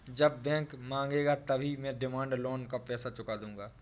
जब बैंक मांगेगा तभी मैं डिमांड लोन का पैसा चुका दूंगा